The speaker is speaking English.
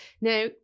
Now